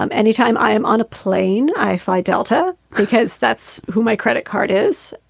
um anytime i am on a plane, i fly delta because that's who my credit card is.